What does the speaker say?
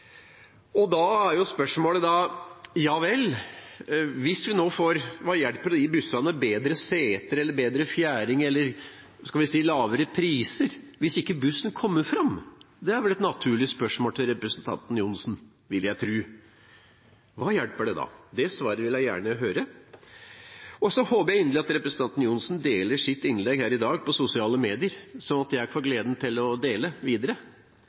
– da privatbilisten – med bommer. Da er spørsmålet: Hva hjelper det å gi bussene bedre seter, bedre fjæring eller – skal vi si – lavere priser, hvis ikke bussen kommer fram? Det er vel et naturlig spørsmål til representanten Johnsen, vil jeg tro. Hva hjelper det da? Det svaret vil jeg gjerne høre. Så håper jeg inderlig at representanten Johnsen deler sitt innlegg her i dag på sosiale medier, slik at jeg får gleden av å dele det videre